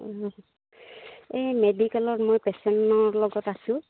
এই মেডিকেলত মই পেচেণ্টনৰ লগত আছো